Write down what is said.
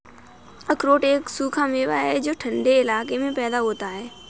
अखरोट एक सूखा मेवा है जो ठन्डे इलाकों में पैदा होता है